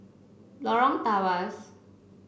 Lorong Tawas